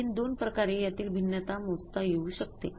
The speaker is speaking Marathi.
आणखीन २ प्रकारे यातील भिन्नता मोजता येऊ शकते